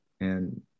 and-